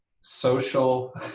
social